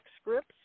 scripts